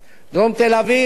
הדרום הפך למושג.